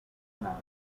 canales